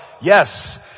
yes